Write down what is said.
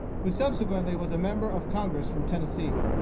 who subsequently was a member of congress from tennessee.